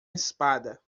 espada